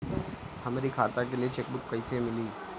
हमरी खाता के लिए चेकबुक कईसे मिली?